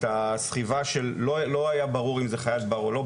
את הסחיבה שלא היה ברור אם זו חיית בר או לא,